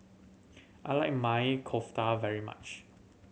I like Maili Kofta very much